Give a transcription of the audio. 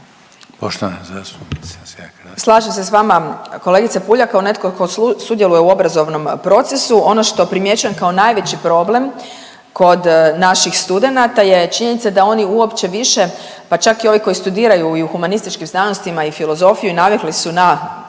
Slažem se s vama kolegice Puljak kao netko tko sudjeluje u obrazovnom procesu. Ono što primjećujem kao najveći problem kod naših studenata je činjenica da oni uopće više pa čak i ovi koji studiraju i u humanističkim znanostima i filozofiju i navikli su na